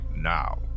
now